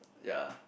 ya